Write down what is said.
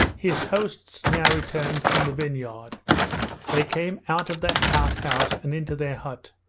his hosts now returned from the vineyard they came out of the outhouse and into their hut,